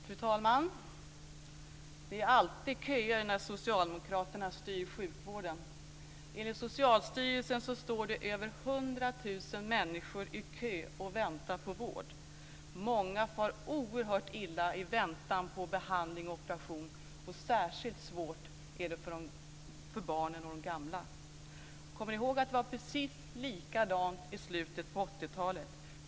Fru talman! Det är alltid köer när Socialdemokraterna styr sjukvården. Enligt Socialstyrelsen står över 100 000 människor i kö och väntar på vård. Många far oerhört illa i väntan på behandling och operation. Särskilt svårt är det för barnen och de gamla. Kommer ni ihåg att det var precis likadant i slutet på 80-talet?